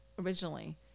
originally